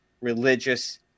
religious